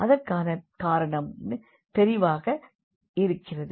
அதற்கான காரணம் தெளிவாக இருக்கிறது